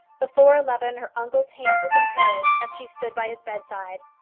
before eleven her uncle's hand was in hers, as she stood by his bedside.